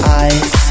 eyes